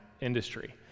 industry